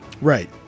Right